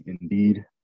Indeed